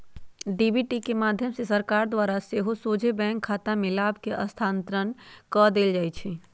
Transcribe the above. DBT के माध्यम से सरकार द्वारा सेहो सोझे बैंक खतामें लाभ के स्थानान्तरण कऽ देल जाइ छै